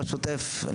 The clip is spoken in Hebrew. בשוטף,